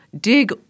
Dig